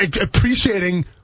appreciating –